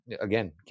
again